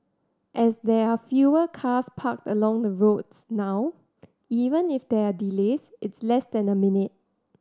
as there are fewer cars parked along the roads now even if there are delays it's less than a minute